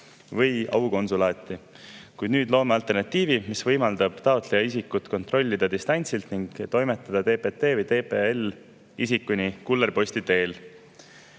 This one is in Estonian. või aukonsulaati. Kuid nüüd loome alternatiivi, mis võimaldab taotleja isikut kontrollida distantsilt ning toimetada TPT või TPL isikuni kullerposti teel.